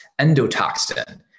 endotoxin